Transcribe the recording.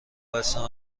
بستم